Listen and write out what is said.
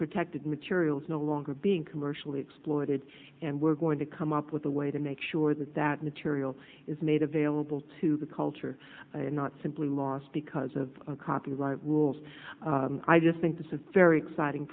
protected materials no longer being commercially exploited and we're going to come up with a way to make sure that that material is made available to the culture not simply lost because of copyright rules i just think this is a very exciting